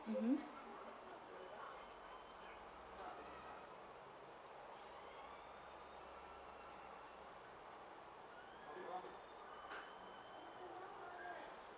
mmhmm